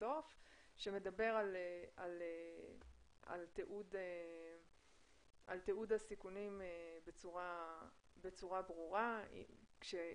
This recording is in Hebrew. בסוף שמדברת על תיעוד הסיכונים בצורה ברורה כאשר